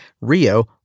Rio